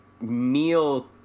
meal